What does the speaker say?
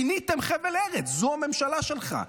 פיניתם חבל ארץ, זו הממשלה שלך.